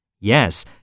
Yes